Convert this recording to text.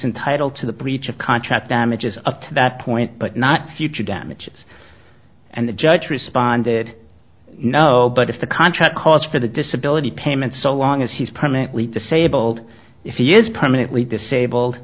entitled to the breach of contract damages up to that point but not future damages and the judge responded no but if the contract calls for the disability payments so long as he's permanently disabled if he is permanently disabled